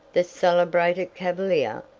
the celebrated cavalier,